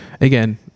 Again